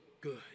good